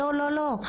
לא לא,